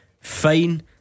fine